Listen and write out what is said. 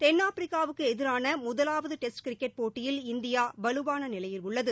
தென்னாப்பிரிக்காவுக்கு எதிரான முதலாவது டெஸ்ட் கிரிக்கெட் போட்டியில் இந்தியா வலுவான நிலையில் உள்ளது